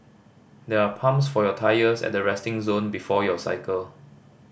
there are pumps for your tyres at the resting zone before you cycle